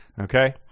Okay